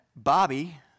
Bobby